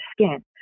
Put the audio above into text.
skin